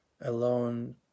alone